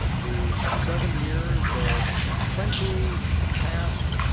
the seven years of plenty had passed.